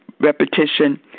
Repetition